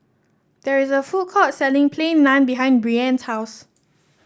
there is a food court selling Plain Naan behind Brianne's house